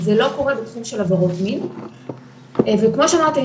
זה לא קורה בתחום של עבירות מין וכמו שאמרתי,